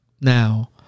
now